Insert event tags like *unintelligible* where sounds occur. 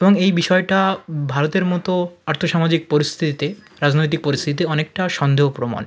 এবং এই বিষয়টা ভারতের মতো আর্থ সামাজিক পরিস্থিতিতে রাজনৈতিক পরিস্থিতিতে অনেকটা সন্দেহ *unintelligible*